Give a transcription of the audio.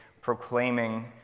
proclaiming